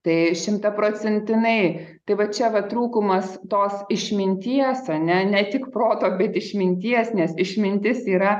tai šimtaprocentinai tai va čia vat trūkumas tos išminties ar ne ne tik proto bet išminties nes išmintis yra